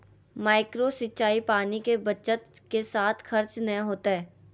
micro सिंचाई पानी के बचत के साथ खर्च नय होतय